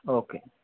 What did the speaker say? okay